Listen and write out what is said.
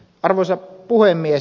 arvoisa puhemies